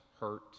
hurt